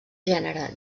gènere